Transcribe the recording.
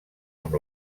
amb